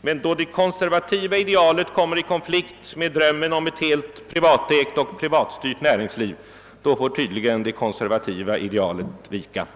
Men då det konservativa idealet kommer i konflikt med drömmen om ett helt privatägt och privatstyrt näringsliv, får tydligen det konservativa idealet vika.